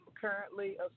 currently